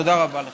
תודה רבה לך.